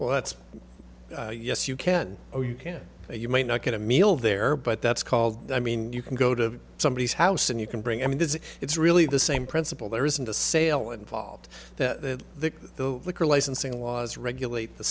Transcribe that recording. well that's yes you can or you can say you might not get a meal there but that's called i mean you can go to somebody's house and you can bring i mean this is it's really the same principle there isn't a sale involved that the the liquor licensing laws regulate the